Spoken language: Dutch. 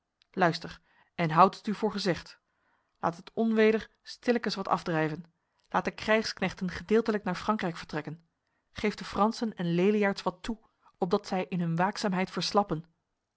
luister en hou het u voor gezegd laat het onweder stillekens wat afdrijven laat de krijgsknechten gedeeltelijk naar frankrijk vertrekken geef de fransen en leliaards wat toe opdat zij in hun waakzaamheid verslappen